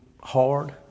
hard